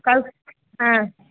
কাল হ্যাঁ